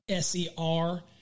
SER